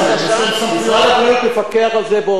משרד הבריאות מפקח על זה ועורך ביקורות,